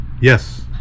Yes